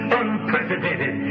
unprecedented